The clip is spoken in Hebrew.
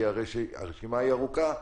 כי הרשימה הארוכה,